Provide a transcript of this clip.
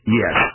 yes